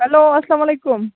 hello اسلام علیکُم